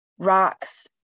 rocks